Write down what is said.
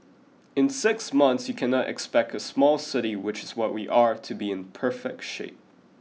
in six months you cannot expect a small city which is what we are to be in perfect shape